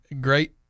great